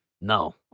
no